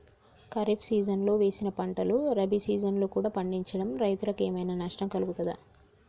ఖరీఫ్ సీజన్లో వేసిన పంటలు రబీ సీజన్లో కూడా పండించడం రైతులకు ఏమైనా నష్టం కలుగుతదా?